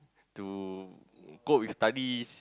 to cope with studies